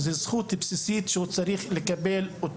זו זכות בסיסית שהוא צריך לקבל.